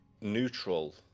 neutral